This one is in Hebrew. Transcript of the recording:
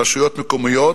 רשויות מקומיות,